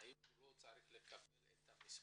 הוא יודע לקבל מסמכים,